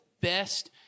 best